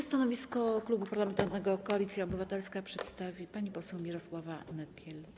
Stanowisko Klubu Parlamentarnego Koalicja Obywatelska przestawi pani poseł Mirosława Nykiel.